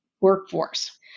workforce